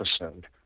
episode